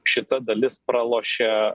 šita dalis pralošia